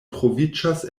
troviĝas